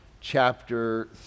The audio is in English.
chapter